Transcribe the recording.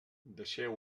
deixeu